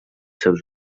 seus